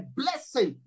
blessing